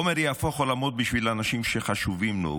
עומר יהפוך עולמות בשביל האנשים שחשובים לו.